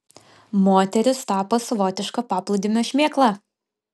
moteris tapo savotiška paplūdimio šmėkla